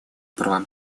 правам